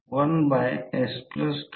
तर आता R3 4 2 6 centimetre 0